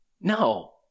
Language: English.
No